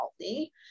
healthy